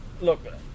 Look